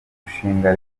mushinga